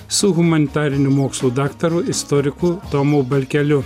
su humanitarinių mokslų daktaru istoriku tomu balkeliu